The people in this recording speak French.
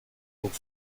pour